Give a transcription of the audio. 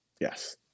Yes